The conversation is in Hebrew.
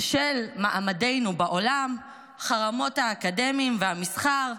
למעמדנו בעולם: החרמות האקדמיים והמסחר,